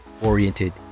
oriented